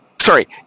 Sorry